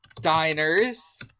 diners